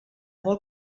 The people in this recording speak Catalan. vol